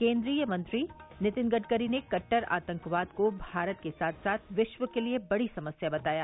केंद्रीय मंत्री नितिन गडकरी ने कट्टर आतंकवाद को भारत के साथ साथ विश्व के लिए बड़ी समस्या बताया